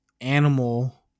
animal